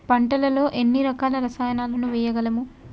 పంటలలో ఎన్ని రకాల రసాయనాలను వేయగలము?